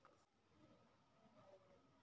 ಸರ್ಕಾರದ ಆಸ್ತಿ ಸಾರ್ವಜನಿಕ ಆಸ್ತಿ ಇದ್ದಂತೆ